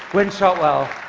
gwynne shotwell,